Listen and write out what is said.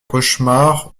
cauchemar